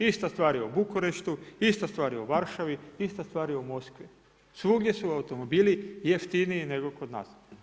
Ista stvar je u Bukureštu, ista stvar je u Varšavi, ista stvar je u Moskvi, svugdje su automobili jeftiniji nego kod nas.